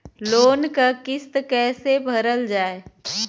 Loan क किस्त कैसे भरल जाए?